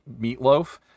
meatloaf